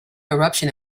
eruption